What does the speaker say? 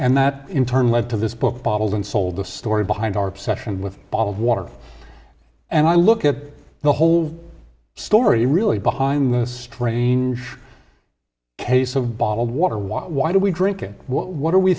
and that in turn led to this book bottled and sold the story behind our perception with bottled water and i look at the whole story really behind this strange case of bottled water why why do we drink it what are we